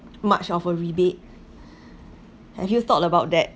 much of a rebate have you thought about that